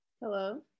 hello